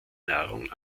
nahrung